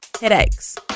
headaches